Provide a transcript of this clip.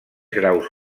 graus